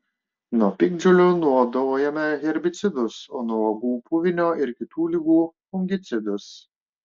nuo piktžolių naudojome herbicidus o nuo uogų puvinio ir kitų ligų fungicidus